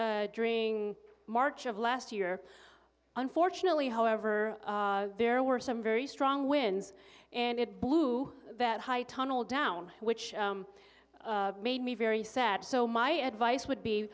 was during march of last year unfortunately however there were some very strong winds and it blew that high tunnel down which made me very sad so my advice would be